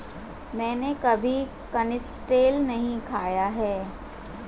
मैंने कभी कनिस्टेल नहीं खाया है